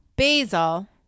basil